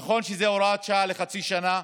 נכון שזאת הוראת שעה לחצי שנה.